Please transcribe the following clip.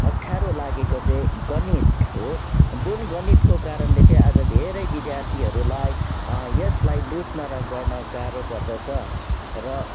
अप्ठ्यारो लागेको चाहिँ गणित हो जुन गणितको कारणले चाहिँ आज धेरै विद्यार्थीहरूलाई यसलाई बुझ्न र गर्न गाह्रो पर्दछ र